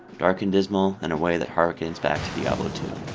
dark and dismal, in a way that harkens back to diablo two.